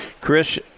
Chris